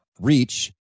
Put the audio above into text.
Reach